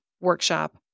workshop